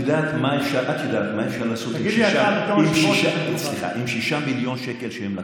את יודעת מה אפשר לעשות עם 6 מיליון שהם לקחו?